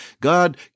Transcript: God